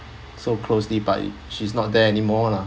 so closely but she's not there anymore lah